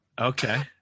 Okay